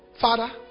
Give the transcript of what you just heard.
father